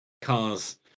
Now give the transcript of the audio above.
cars